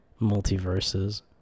multiverses